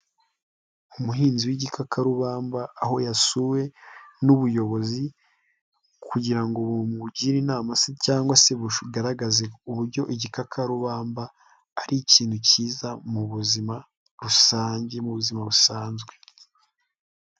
Umuhinzi w'igikakarubamba aho yasuwe n'ubuyobozi kugira ngo bumugire inama se cyangwa se bugaragaze uburyo igikakarubamba, ari ikintu cyiza mu buzima rusange mu buzima busanzwe.